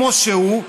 כמו שהוא,